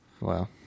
wow